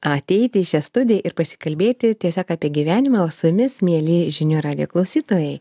ateiti į šią studiją ir pasikalbėti tiesiog apie gyvenimą o su jumis mieli žinių radijo klausytojai